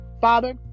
Father